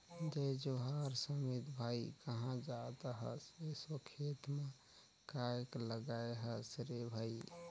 जय जोहार समीत भाई, काँहा जात अहस एसो खेत म काय लगाय हस रे भई?